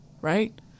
right